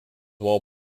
while